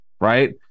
right